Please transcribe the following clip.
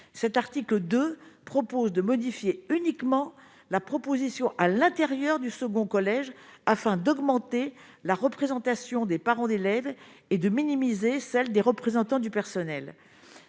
cet article 2 propose de modifier uniquement la proposition à l'intérieur du second collège afin d'augmenter la représentation des parents d'élèves et de minimiser celle des représentants du personnel,